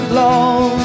long